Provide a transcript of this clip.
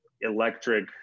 electric